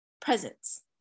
presence